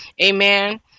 Amen